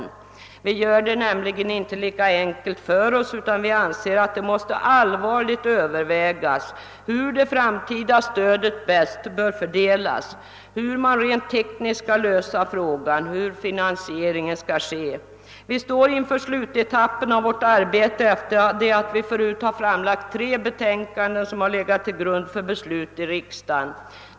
Men vi gör det inte lika enkelt för oss, utan vi anser att det måste allvarligt övervägas hur det framtida stödet bäst bör fördelas, hur man rent tekniskt skall lösa frågan och hur finansieringen skall ske. Vi står nu inför slutetappen av vårt arbete efter att ha framlagt tre betänkanden som legat till grund för beslut i riksdagen.